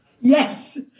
Yes